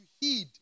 heed